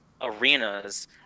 arenas